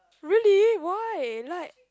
really why like